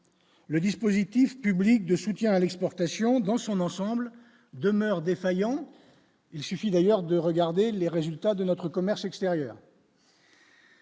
le dispositif public de soutien à l'exportation dans son ensemble demeure défaillant, il suffit d'ailleurs de regarder les résultats de notre commerce extérieur.